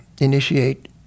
initiate